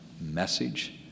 message